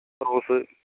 rose